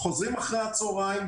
חוזרים אחרי הצוהריים,